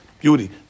Beauty